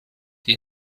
die